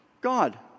God